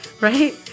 Right